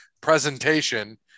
presentation